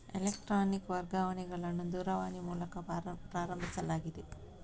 electronic ವರ್ಗಾವಣೆಗಳನ್ನು ದೂರವಾಣಿ ಮೂಲಕ ಪ್ರಾರಂಭಿಸಲಾಗಿದೆ